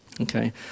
okay